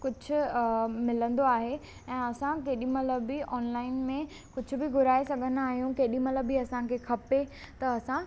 कुझु मिलंदो आहे ऐं असां केॾहि महिल बि ऑनलाइन में कुझु बि घुराए सघंदा आहियूं केॾी महिल बि असांखे खपे त असां